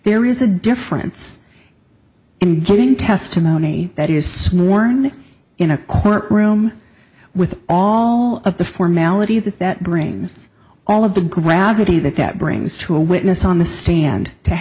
there is a difference and giving testimony that is normally in a court room with all of the formality that that brings all of the gravity that that brings to a witness on the stand to